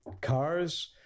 cars